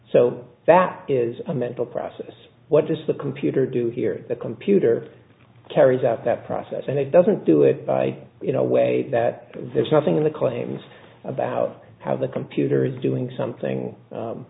so that is a mental process what does the computer do here the computer carries out that process and it doesn't do it in a way that there's nothing in the claims about how the computer is doing something